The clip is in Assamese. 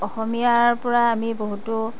অসমীয়াৰ পৰা আমি বহুতো